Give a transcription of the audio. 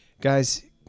Guys